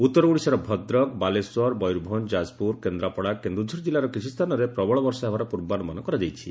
ଉତ୍ତର ଓଡ଼ିଶାର ଭଦ୍ରକ ବାଲେଶ୍ୱର ମୟରଭଞ୍ଞ ଯାଜପୁର କେନ୍ଦ୍ରାପଡ଼ା କେନ୍ଦୁଝର ଜିଲ୍ଲାର କିଛି ସ୍ଥାନରେ ପ୍ରବଳ ବର୍ଷା ହେବାର ପୂର୍ବାନୁମାନ କରାଯାଇଛି